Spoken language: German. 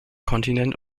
kontinent